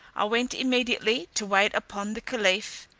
i went immediately to wait upon the caliph,